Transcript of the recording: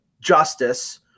justice